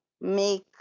make